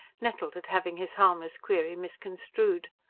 nettled at having his harmless query misconstrued.